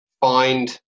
find